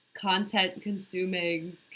content-consuming